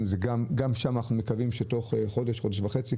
גם שם אנחנו מקווים שתוך חודש או חודש וחצי,